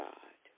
God